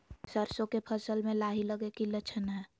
सरसों के फसल में लाही लगे कि लक्षण हय?